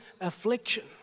affliction